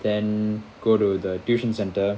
then go to the tuition centre